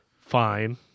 fine